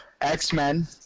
X-Men